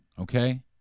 okay